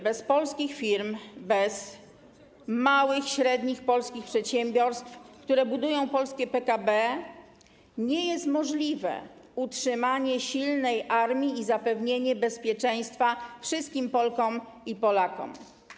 Bez polskich firm, bez małych, średnich polskich przedsiębiorstw, które budują polskie PKB, nie jest możliwe utrzymanie silnej armii i zapewnienie bezpieczeństwa wszystkim Polkom i Polakom.